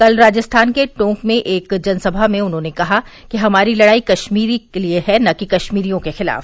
कल राजस्थान के टॉक में एक जनसमा में उन्हॉने कहा कि हमारी लड़ाई कश्मीर के लिए है न कि कश्मीरियों के खिलाफ